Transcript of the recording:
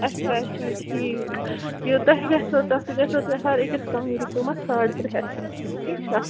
اَچھا اَچھا ٹھیٖک یہِ تۄہہِ گژھوٕ تَتھ تہِ گَژھو ہر أکِس کانٛگڈہِ قۭمَتھ ساڈ ترٛےٚ ہتھ ٹھیٖک چھا